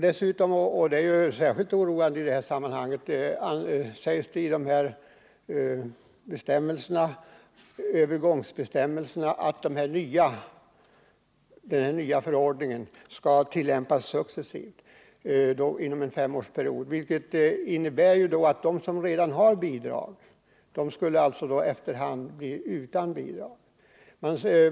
Dessutom sägs det i övergångsbestämmelserna — och det är särskilt oroande i sammanhanget — att den nya förordningen skall tillämpas successivt inom en femårsperiod, vilket innebär att de som redan har bidrag efter hand blir utan.